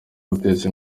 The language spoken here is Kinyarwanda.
guteza